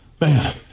man